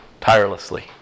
Tirelessly